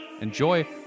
enjoy